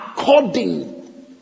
According